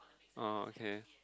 oh okay